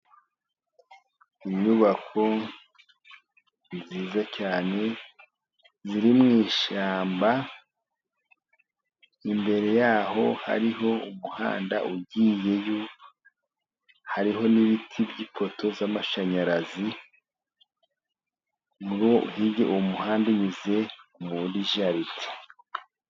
Inyubako nziza cyane ziri mu ishyamba, imbere yaho hariho umuhanda ugiye yo, hariho n'ibiti by'ipoto z'amashanyarazi, uwo muhanda unyuze muri jaride.